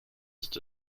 ist